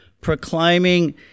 proclaiming